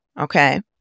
okay